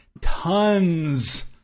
Tons